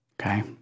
Okay